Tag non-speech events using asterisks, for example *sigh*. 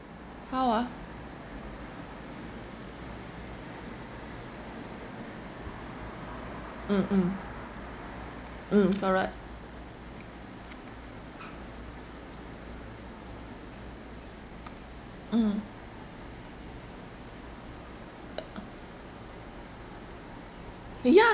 how ah mm mm mm correct *noise* mm *noise* ya